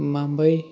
مَمباے